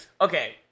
okay